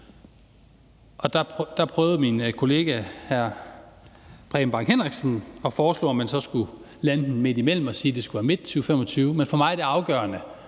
Der prøvede min kollega hr. Preben Bang Henriksen at foreslå, at man så skulle lande den midt imellem og sige, at det skulle være i midten af 2025. Men for mig er det afgørende,